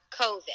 COVID